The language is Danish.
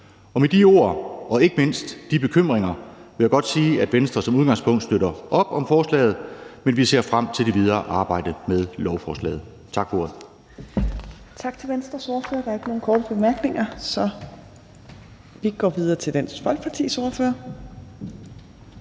Og med de ord og ikke mindst de bekymringer vil jeg godt sige, at Venstre som udgangspunkt støtter op om forslaget, men at vi ser frem til det videre arbejde med lovforslaget. Tak for ordet.